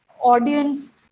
audience